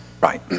Right